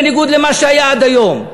בניגוד למה שהיה עד היום,